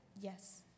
Yes